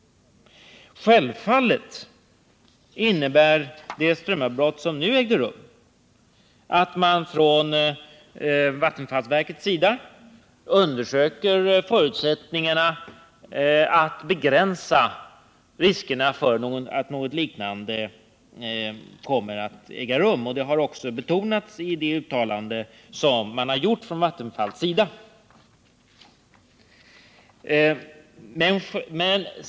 Självfallet har det strömavbrott som vi här talat om inneburit att man från vattenfallsverkets sida undersöker förutsättningarna att begränsa riskerna för att något liknande kommer att äga rum. Det har också betonats i det uttalande som man har gjort från Vattenfalls sida.